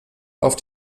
auf